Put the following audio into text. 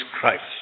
Christ